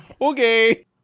okay